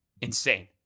Insane